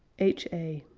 h a.